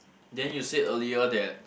then you said earlier that